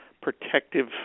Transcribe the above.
protective